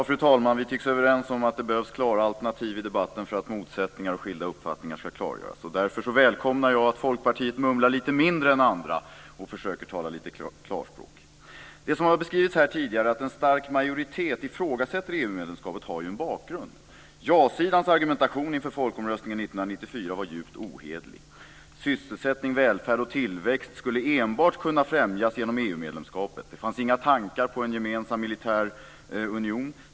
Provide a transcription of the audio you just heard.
Fru talman! Vi tycks vara överens om att det behövs klara alternativ i debatten för att motsättningar och skilda uppfattningar ska klargöras. Därför välkomnar jag att Folkpartiet mumlar lite mindre än andra och försöker att tala lite klarspråk. Det som har beskrivits tidigare, nämligen att en stark majoritet ifrågasätter EU-medlemskapet, har ju en bakgrund. Ja-sidans argumentation inför folkomröstningen 1994 var djupt ohederlig. Sysselsättning, välfärd och tillväxt skulle enbart kunna främjas genom EU-medlemskapet. Det fanns inga tankar på en gemensam militär union.